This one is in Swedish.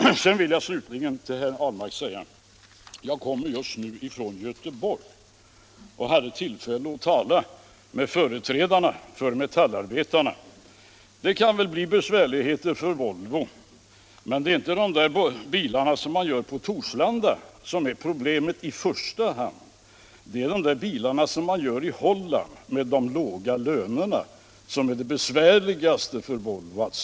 Slutligen vill jag till herr Ahlmark säga att jag just nu kommit tillbaka från Göteborg, där jag hade tillfälle att tala med företrädare för metallarbetarna. Det kan väl bli besvärligheter för Volvo, men det blir inte i första hand de bilar som tillverkas på Torslanda som är problemet, utan det är de där Volvobilarna som görs i Holland som det är besvärligt för Volvo att sälja trots de låga lönerna där.